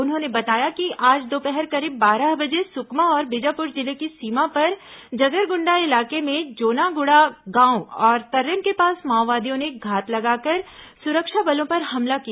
उन्होंने बताया कि आज दोपहर करीब बारह बजे सुकमा और बीजापुर जिले की सीमा पर जगरगुंडा इलाके में जोनागुड़ा गांव और तर्रेम के पास माओवादियों ने घात लगाकर सुरक्षा बलों पर हमला किया